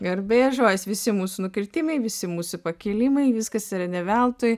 garbės žodis visi mūsų nukritimai visi mūsų pakilimai viskas yra ne veltui